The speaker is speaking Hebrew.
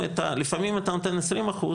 לפעמים אתה נותן עשרים אחוז,